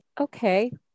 Okay